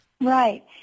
Right